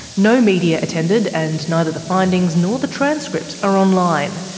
no media attended, and neither the findings nor the transcripts are online.